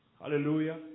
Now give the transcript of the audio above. Hallelujah